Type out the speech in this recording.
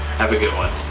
have a good one.